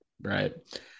Right